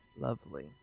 Lovely